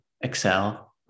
excel